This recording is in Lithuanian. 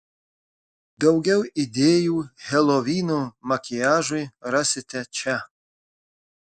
daugiau idėjų helovyno makiažui rasite čia